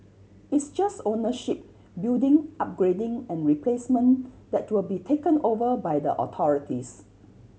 it's just ownership building upgrading and replacement that will be taken over by the authorities